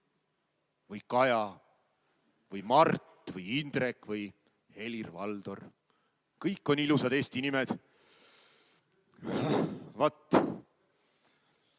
või Kaja või Mart või Indrek või Helir-Valdor. Kõik on ilusad eesti nimed. Vat!